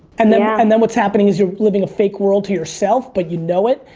and then yeah and then what's happen is you're living a fake world to yourself, but you know it,